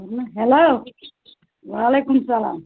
hello وعلیکُم سَلام